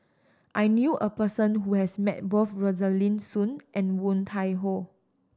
I knew a person who has met both Rosaline Soon and Woon Tai Ho